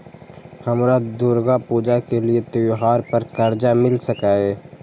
हमरा दुर्गा पूजा के लिए त्योहार पर कर्जा मिल सकय?